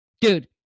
Dude